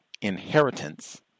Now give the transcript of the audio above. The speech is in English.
Inheritance